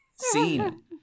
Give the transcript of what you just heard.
Scene